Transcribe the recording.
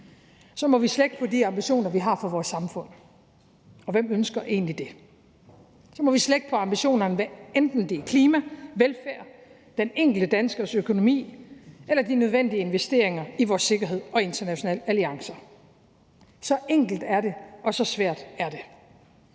må vi slække på de ambitioner, vi har for vores samfund. Og hvem ønsker egentlig det? Så må vi slække på ambitionerne, hvad enten det er klima, velfærd, den enkelte danskers økonomi eller de nødvendige investeringer i vores sikkerhed og internationale alliancer. Så enkelt er det, og så svært er det.